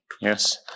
Yes